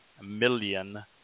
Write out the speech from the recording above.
million